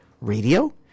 Radio